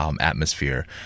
atmosphere